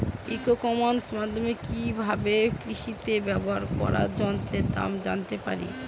ই কমার্সের মাধ্যমে কি ভাবে কৃষিতে ব্যবহার করা যন্ত্রের দাম জানতে পারি?